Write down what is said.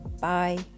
bye